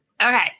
Okay